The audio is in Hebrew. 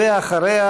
ואחריה,